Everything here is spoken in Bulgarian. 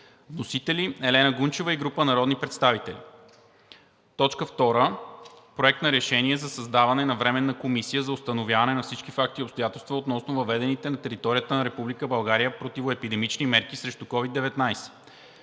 Вносители – Елена Гунчева и група народни представители. 2. Проект на решение за създаване на Временна комисия за установяване на всички факти и обстоятелства относно въведените на територията на Република България противоепидемични мерки срещу COVID-19.